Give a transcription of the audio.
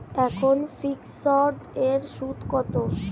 এখন ফিকসড এর সুদ কত?